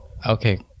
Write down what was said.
Okay